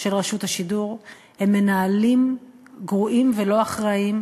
של רשות השידור זה מנהלים גרועים ולא אחראיים,